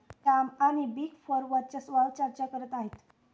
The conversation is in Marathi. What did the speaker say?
श्याम आणि बिग फोर वर्चस्वावार चर्चा करत आहेत